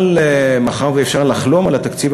אבל מאחר שאפשר לחלום על התקציב,